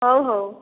ହେଉ ହେଉ